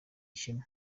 ishema